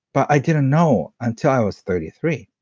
but, i didn't know until i was thirty three.